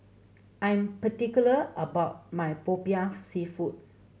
I'm particular about my Popiah Seafood